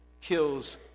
kills